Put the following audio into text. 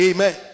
Amen